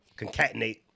Concatenate